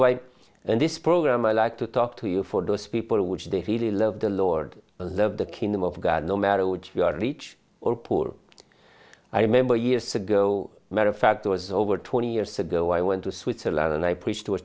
why and this program i like to talk to you for those people which they really love the lord love the kingdom of god no matter what you are rich or poor i remember years ago matter of fact was over twenty years ago i went to switzerland i preached to a